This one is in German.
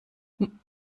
man